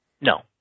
No